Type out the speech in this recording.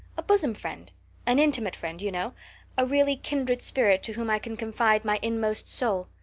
a bosom friend an intimate friend, you know a really kindred spirit to whom i can confide my inmost soul.